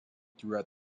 throughout